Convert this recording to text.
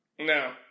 no